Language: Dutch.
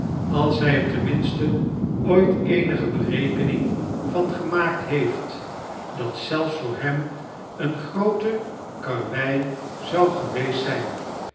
als hij er ten minste ooit eenige berekening van gemaakt heeft dat zelfs voor hem eene groote karwei zou geweest zyn